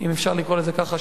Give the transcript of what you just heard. אם אפשר לקרוא לזה ככה,